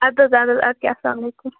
اَدٕ حظ اہن حظ ادٕ کیٛاہ اَلسلامُ علیکُم